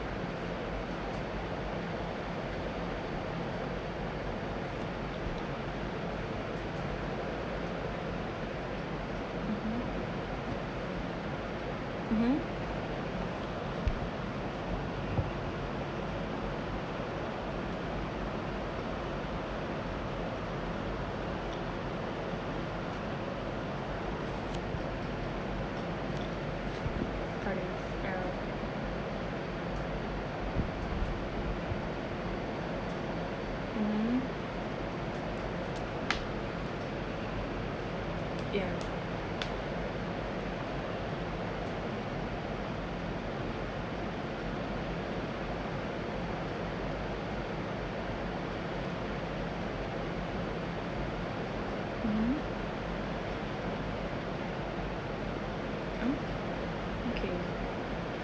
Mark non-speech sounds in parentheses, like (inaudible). mmhmm mmhmm (noise) mm yeah mmhmm mm okay